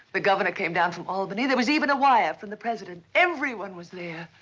the governor came down from albany. there was even a wire from the president. everyone was there.